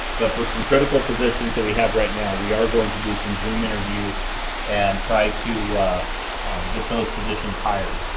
but for some critical positions that we have right now, we are going to do some zoom interviews and try to get those positions hired.